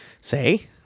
say